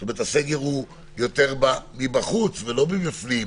זאת אומרת, הסגר הוא יותר מבחוץ ופחות מבפנים.